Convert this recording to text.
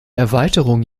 erweiterung